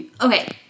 Okay